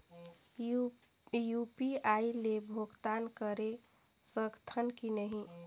UPI ले भुगतान करे सकथन कि नहीं?